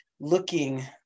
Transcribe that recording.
looking